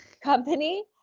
company